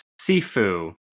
Sifu